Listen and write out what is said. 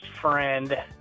friend